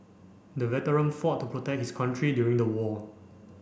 the veteran fought to protect his country during the war